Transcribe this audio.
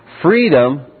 Freedom